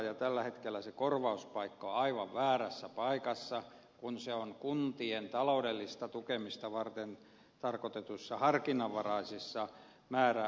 ja tällä hetkellä se korvauspaikka on aivan väärässä paikassa kun se on kuntien taloudellista tukemista varten tarkoitetuissa harkinnanvaraisissa määrärahoissa